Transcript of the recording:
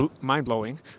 mind-blowing